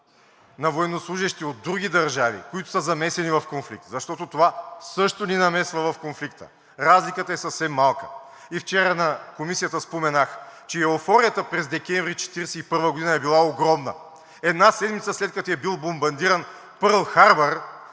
на военнослужещи от други държави, които са замесени в конфликт, защото това също ни намесва в конфликта. Разликата е съвсем малка. И вчера на Комисията споменах, че еуфорията през декември 1941 г. е била огромна. Една седмица след като е бил бомбардиран Пърл Харбър,